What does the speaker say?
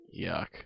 Yuck